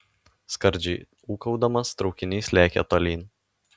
skardžiai ūkaudamas traukinys lėkė tolyn